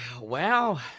Wow